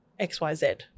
XYZ